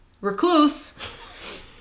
recluse